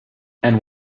and